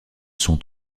sont